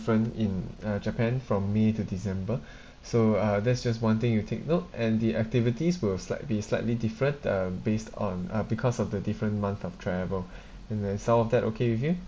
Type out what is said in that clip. different in uh japan from may to december so uh that's just one thing you take note and the activities will slight be slightly different um based on uh because of the different month of travel and ah is all of that okay with you